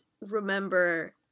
remember